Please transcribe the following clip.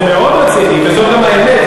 זה מאוד רציני וזו גם האמת.